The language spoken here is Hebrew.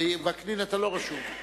ווקנין, אתה לא רשום.